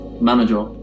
manager